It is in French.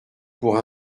pour